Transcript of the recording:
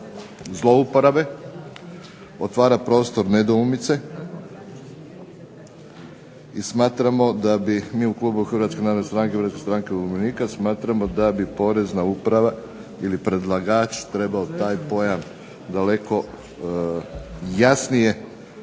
zlouporabe, otvara prostor nedoumice i smatramo da bi mi u klubu Hrvatske narodne stranke, Hrvatske stranke umirovljenika smatramo da bi Porezna uprava ili predlagač trebao taj pojam daleko jasnije